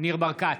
ניר ברקת,